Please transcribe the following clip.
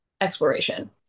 exploration